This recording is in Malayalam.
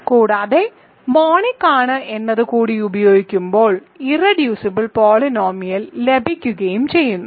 കൂടാതെ മോണിക് ആണ് എന്നത് കൂടി ഉപയോഗിക്കുമ്പോൾ ഇർറെഡ്യൂസിബിൾ പോളിനോമിയൽ ലഭിക്കുകയും ചെയ്യുന്നു